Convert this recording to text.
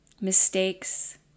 mistakes